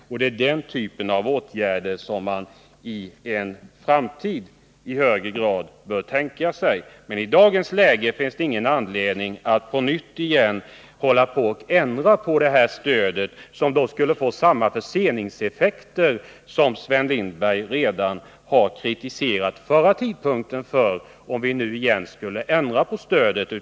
Och det är den typen av åtgärder som man i en framtid i högre grad bör tänka sig. Men i dagens läge finns det ingen anledning att ändra på detta stöd, för då skulle det uppstå samma förseningseffekter som våren 1979 som Sven Lindberg redan kritiserat.